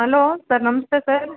hello sir ನಮಸ್ತೆ sir